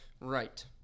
Right